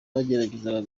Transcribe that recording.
bageragezaga